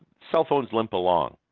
cellphones limp along.